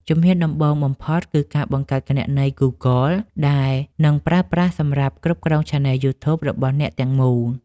ជំហានដំបូងបំផុតគឺការបង្កើតគណនី Google ដែលនឹងប្រើប្រាស់សម្រាប់គ្រប់គ្រងឆានែលយូធូបរបស់អ្នកទាំងមូល។